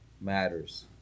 matters